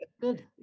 good